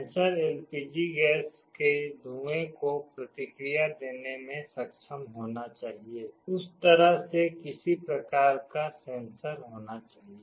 sensor LPG gas के धुएं को प्रतिक्रिया देने में सक्षम होना चाहिए उस तरह से किसी प्रकार का सेंसर होना चाहिए